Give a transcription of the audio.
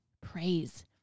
praise